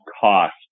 cost